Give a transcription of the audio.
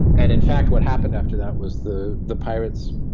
and in fact what happened after that was the the pirates,